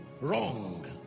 wrong